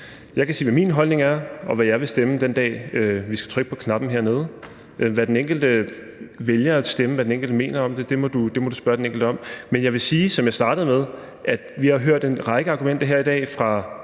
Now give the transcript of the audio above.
Jeg kan sige, hvad min holdning er, og hvad jeg vil stemme den dag, vi skal trykke på knappen. Hvad den enkelte vælger at stemme, og hvad den enkelte mener om det, må du spørge den enkelte om. Men jeg vil sige, som jeg startede med at sige, at vi i dag har hørt en række argumenter fra